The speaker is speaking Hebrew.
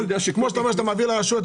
כמו שאתה אומר שאתה מעביר לרשויות,